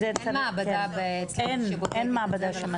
כן, אין מעבדה אצלנו שבודקת.